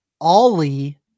Ollie